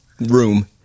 room